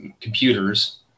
computers